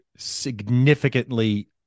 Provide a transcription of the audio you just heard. significantly